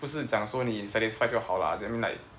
不是讲说你 satisfied 就好啦 then like